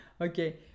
Okay